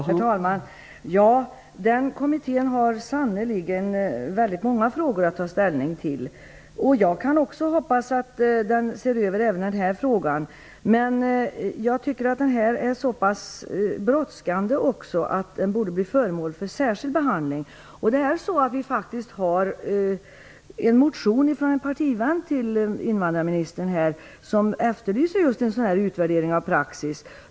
Herr talman! Den kommittén har sannerligen väldigt många frågor att ta ställning till. Jag kan också hoppas att den ser över även den här frågan. Men jag tycker att detta är så pass brådskande att det borde bli föremål för särskild behandling. Det har faktiskt väckts en motion, från en partivän till invandrarministern, som efterlyser just en utvärdering av praxis.